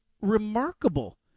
remarkable